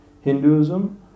Hinduism